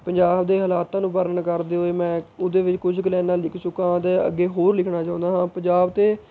ਪੰਜਾਬ ਦੇ ਹਾਲਾਤਾਂ ਨੂੰ ਵਰਣਨ ਕਰਦੇ ਹੋਏ ਮੈਂ ਉਹਦੇ ਵਿੱਚ ਕੁਝ ਕੁ ਲਾਈਨਾਂ ਲਿਖ ਚੁੱਕਾ ਹਾਂ ਅਤੇ ਅੱਗੇ ਹੋਰ ਲਿਖਣਾ ਚਾਹੁੰਦਾ ਹਾਂ ਪੰਜਾਬ 'ਤੇ